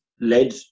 led